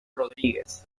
rodríguez